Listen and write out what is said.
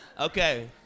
Okay